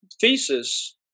thesis